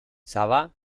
sabah